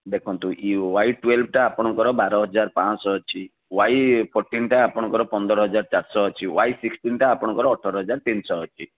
ଦେଖନ୍ତୁ E Y twelve ଟା ଆପଣଙ୍କର ବାରହଜାର ପାଁ'ଶହ ଅଛି ୱାଇ ଫୋର୍ଟିନ୍ ଟା ଆପଣଙ୍କର ପନ୍ଦରହଜାର ଚାରିଶହ ଅଛି ୱାଇ ସିକ୍ସଟିନ୍ ଟା ଆପଣଙ୍କର ଅଠର ହଜାର ତିନିଶହ ଅଛି